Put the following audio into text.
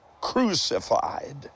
crucified